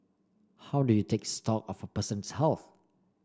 how do you take stock of person's health